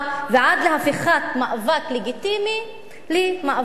ועד להפיכת מאבק לגיטימי למאבק פלילי.